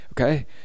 okay